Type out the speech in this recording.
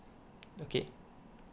okay